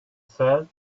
sat